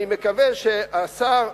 ואני מקווה שהשר,